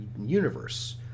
universe